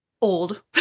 old